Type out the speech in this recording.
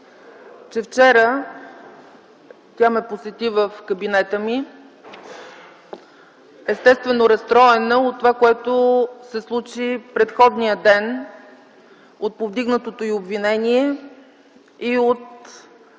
че вчера тя ме посети в кабинета ми, естествено разстроена от това, което се случи предходния ден от повдигнатото й обвинение и от